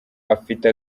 afite